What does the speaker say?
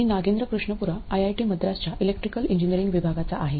मी Nagendra Krishnapura IIT मद्रासच्या electrical engineering विभागाचा आहे